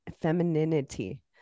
femininity